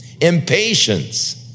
Impatience